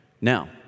Now